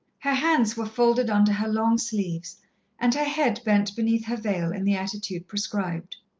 her hands were folded under her long sleeves and her head bent beneath her veil, in the attitude prescribed.